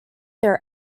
their